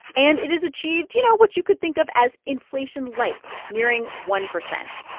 and it has achieved, you know, what you could think of as inflation light, nearing one percent.